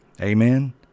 Amen